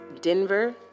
Denver